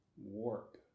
warp